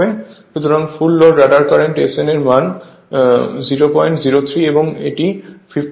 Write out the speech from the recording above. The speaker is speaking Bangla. সুতরাং ফুল রটারে Sfl এর মান 003 এবং এটি 50 হয়